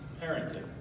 parenting